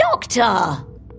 Doctor